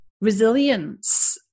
resilience